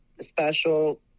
special